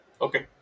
Okay